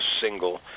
single